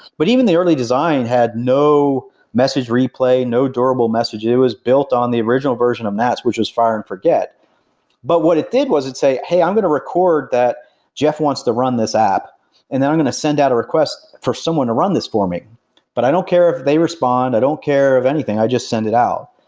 but even the early design had no message replay, no durable message. it it was built on the original version of mass, which was fire-and-forget but what it did was it say, hey, i'm going to record that jeff wants to run this app and then i'm going to send out a request for someone to run this for me. but i don't care if they respond. i don't care of anything, i just send it out.